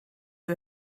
who